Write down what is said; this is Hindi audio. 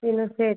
तीनों सेट